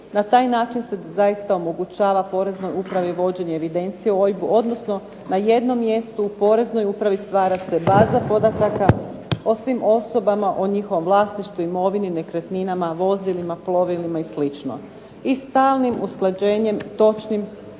Na taj način se zaista omogućava poreznoj upravi vođenje evidencije o OIB-u, odnosno na jednom mjestu u Poreznoj upravi stvara se baza podataka o svim osobama, o njihovom vlasništvu, imovini, nekretninama, vozilima, plovilima i slično. I stalnim usklađenjem točnih podataka